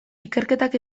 ikerketak